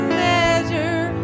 measure